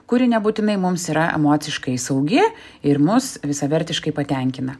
kuri nebūtinai mums yra emociškai saugi ir mus visavertiškai patenkina